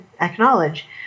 acknowledge